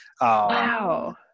wow